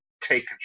take